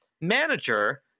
manager